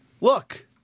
Look